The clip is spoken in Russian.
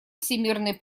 всемирной